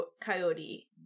Coyote